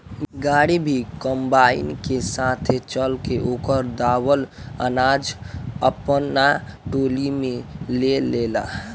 गाड़ी भी कंबाइन के साथे चल के ओकर दावल अनाज आपना टाली में ले लेला